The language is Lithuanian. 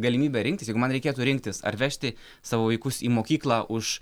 galimybę rinktis jeigu man reikėtų rinktis ar vežti savo vaikus į mokyklą už